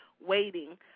Waiting